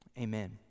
Amen